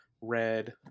red